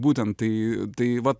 būtent tai tai va